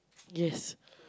yes